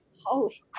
Holy